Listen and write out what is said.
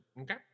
Okay